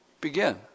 begin